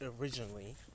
originally